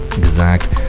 gesagt